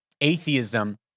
atheism